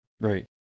Right